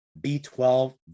B12